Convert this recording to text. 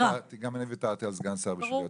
אם תרצו שנרחיב על גמלה מסוימת,